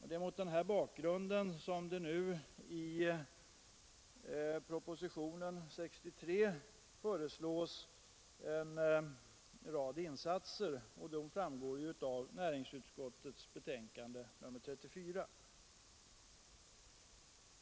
Det är mot den bakgrunden som det i propositionen 63 föreslås en rad insatser, som redovisas i näringsutskottets betänkande nr 34.